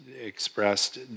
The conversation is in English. expressed